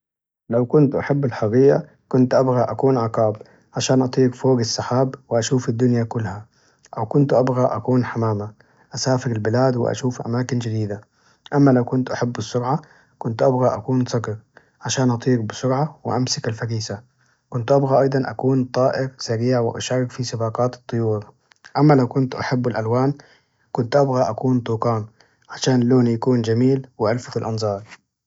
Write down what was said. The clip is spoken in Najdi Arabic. لو كنت أحب الحرية! كنت أبغى أكون عقاب عشان أطير فوق السحاب وأشوف الدنيا كلها، أو كنت أبغى أكون حمامة أسافر البلاد وأشوف أماكن جديدة، أما لو كنت أحب السرعة كنت أبغى أكون صقر عشان أطير بسرعة وأمسك الفريسة، كنت أبغى أيضاً أكون طائر سريع وأشارك في سباقات الطيور، أما لو كنت أحب الألوان! كنت أبغى أكون توكان عشان لوني يكون جميل وألفت الأنظار.